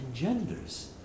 engenders